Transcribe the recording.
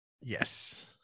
Yes